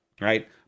right